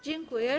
Dziękuję.